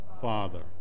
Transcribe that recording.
Father